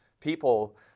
people